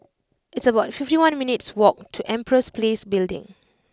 it's about fifty one minutes' walk to Empress Place Building